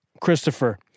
Christopher